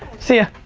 see ya.